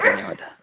धन्यवादः